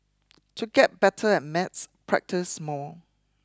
to get better at maths practise more